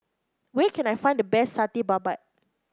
where can I find the best Satay Babat